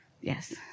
Yes